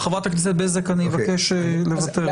חבר הכנסת בזק אני אבקש לוותר.